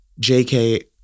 JK